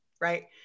right